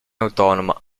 autonoma